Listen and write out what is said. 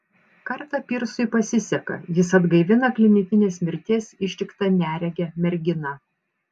kartą pyrsui pasiseka jis atgaivina klinikinės mirties ištiktą neregę merginą